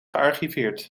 gearchiveerd